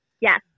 yes